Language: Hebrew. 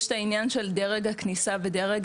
יש את ענין דרג הכניסה ודרג